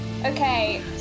Okay